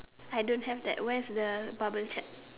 I don't have that where is the bubble chat